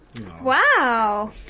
Wow